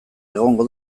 egongo